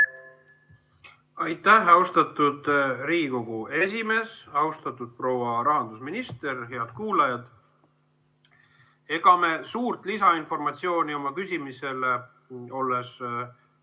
Aitäh, austatud Riigikogu esimees! Austatud proua rahandusminister! Head kuulajad! Ega me suurt lisainformatsiooni oma küsimuste peale, olles